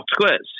Squares